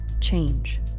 change